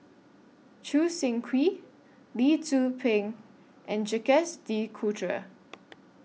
Choo Seng Quee Lee Tzu Pheng and Jacques De Coutre